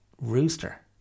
rooster